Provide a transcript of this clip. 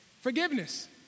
forgiveness